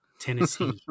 Tennessee